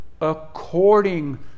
according